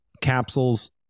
capsules